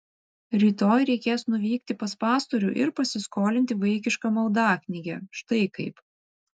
rytoj reikės nuvykti pas pastorių ir pasiskolinti vaikišką maldaknygę štai kaip